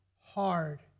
hard